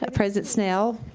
ah president snell,